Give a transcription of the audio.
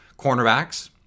cornerbacks